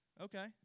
Okay